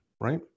right